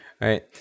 right